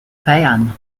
feiern